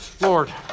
Lord